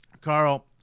Carl